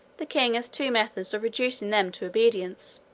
the king has two methods of reducing them to obedience.